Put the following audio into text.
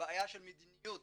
בעיה של מדיניות